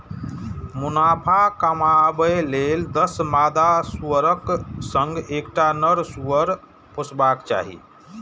मुनाफा कमाबै लेल दस मादा सुअरक संग एकटा नर सुअर पोसबाक चाही